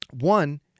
One